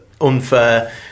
unfair